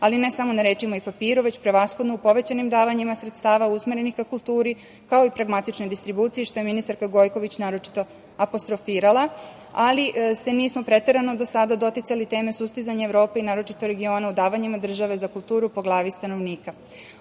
ali ne samo na rečima i papiru, već prevashodno u povećanim davanjima sredstava usmerenih ka kulturi, kao i pragmatičnoj distribuciji, što je ministarka Gojković naročito apostrofirala, ali se nismo preterano do sada doticali teme sustizanja Evrope i naročito regiona u davanjima države za kulturu po glavi stanovnika. Ovim